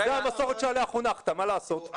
זה המסורת שעליה חונכת, מה לעשות?